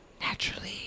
naturally